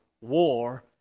war